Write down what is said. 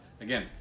again